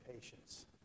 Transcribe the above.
Patience